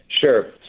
Sure